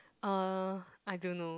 uh I don't know